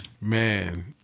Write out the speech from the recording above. Man